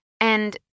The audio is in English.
And-